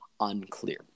unclear